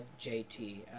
JT